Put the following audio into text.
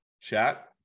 Chat